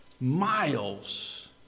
miles